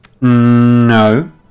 no